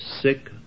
sick